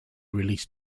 released